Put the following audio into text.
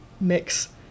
mix